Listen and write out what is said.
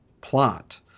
plot